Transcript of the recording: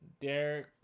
Derek